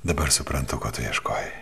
dabar suprantu ko tu ieškojai